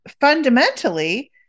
fundamentally